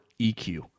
EQ